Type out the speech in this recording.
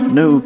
no